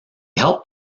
helped